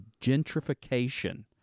gentrification